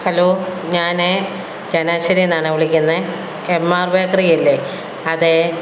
hello ഞാൻ കെണാശ്ശേരിയിൽ നിന്നാണെ വിളിക്കുന്നെ കെമ്മാർ ബേക്കറിയല്ലേ അതേ